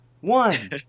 One